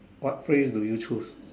what phrase do you choose